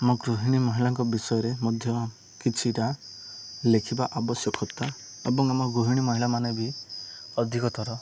ଆମ ଗୃହିଣୀ ମହିଳାଙ୍କ ବିଷୟରେ ମଧ୍ୟ କିଛିଟା ଲେଖିବା ଆବଶ୍ୟକତା ଏବଂ ଆମ ଗୃହିଣୀ ମହିଳାମାନେ ବି ଅଧିକତର